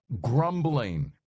Grumbling